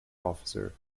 officer